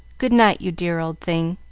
good-night, you dear old thing.